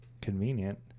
convenient